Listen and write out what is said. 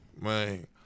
man